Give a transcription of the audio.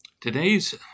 Today's